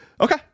Okay